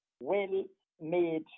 well-made